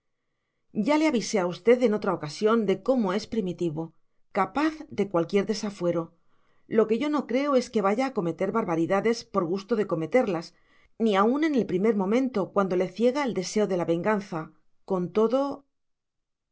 ya le avisé a usted en otra ocasión de cómo es primitivo capaz de cualquier desafuero lo que yo no creo es que vaya a cometer barbaridades por gusto de cometerlas ni aun en el primer momento cuando le ciega el deseo de la venganza con todo